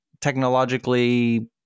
technologically